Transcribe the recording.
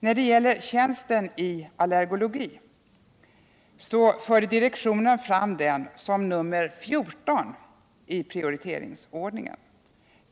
När det gäller tjänsten i allergologi förde direktionen fram den som nr 14 i prioriteringsordningen.